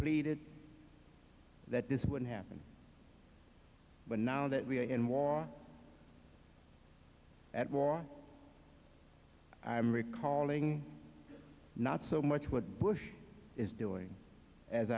pleaded that this wouldn't happen but now that we are in war at war i'm recalling not so much what bush is doing as